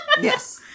Yes